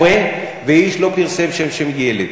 מורה ואיש לא פרסם שם של ילד.